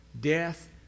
Death